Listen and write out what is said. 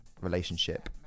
relationship